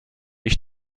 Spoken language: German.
ich